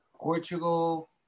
Portugal